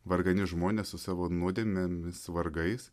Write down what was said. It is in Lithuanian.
vargani žmonės su savo nuodėmėmis vargais